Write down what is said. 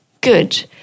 good